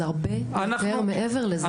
זה הרבה מעבר לזה.